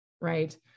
right